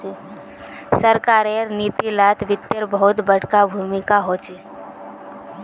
सरकारेर नीती लात वित्तेर बहुत बडका भूमीका होचे